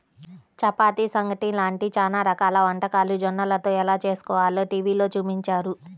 చపాతీ, సంగటి లాంటి చానా రకాల వంటలు జొన్నలతో ఎలా చేస్కోవాలో టీవీలో చూపించారు